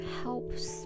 helps